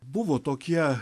buvo tokie